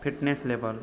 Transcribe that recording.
fitness level